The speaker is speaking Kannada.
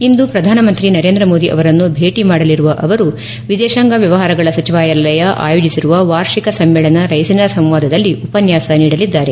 ಇಂದು ಪ್ರಧಾನಮಂತ್ರಿ ನರೇಂದ್ರ ಮೋದಿ ಅವರನ್ನು ಭೇಟಿ ಮಾಡಲಿರುವ ಅವರು ವಿದೇಶಾಂಗ ವ್ಯವಹಾರಗಳ ಸಚಿವಾಲಯ ಆಯೋಜಿಸಿರುವ ವಾರ್ಷಿಕ ಸಮ್ಮೇಳನ ರೈಸಿನಾ ಸಂವಾದದಲ್ಲಿ ಉಪನ್ಯಾಸ ನೀಡಲಿದ್ದಾರೆ